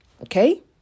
Okay